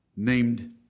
Named